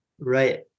Right